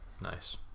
Nice